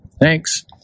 Thanks